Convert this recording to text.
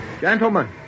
Gentlemen